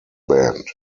band